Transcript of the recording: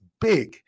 big